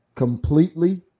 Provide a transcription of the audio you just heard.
completely